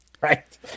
Right